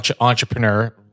entrepreneur